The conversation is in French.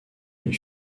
une